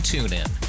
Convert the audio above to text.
TuneIn